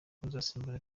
uzasimbura